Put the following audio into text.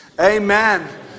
Amen